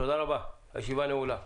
תודה רבה, הישיבה נעולה.